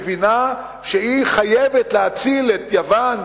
מבינה שהיא חייבת להציל את יוון,